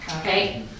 okay